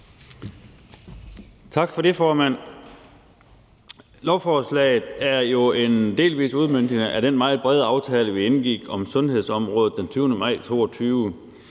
Tak for det, formand. Lovforslaget er jo en delvis udmøntning af den meget brede aftale, vi indgik om sundhedsområdet den 20. maj 2022.